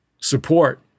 support